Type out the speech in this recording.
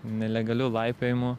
nelegaliu laipiojimu